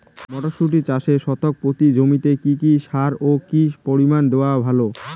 মটরশুটি চাষে শতক প্রতি জমিতে কী কী সার ও কী পরিমাণে দেওয়া ভালো?